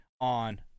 on